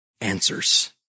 answers